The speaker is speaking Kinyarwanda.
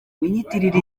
winyitirira